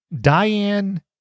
Diane